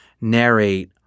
narrate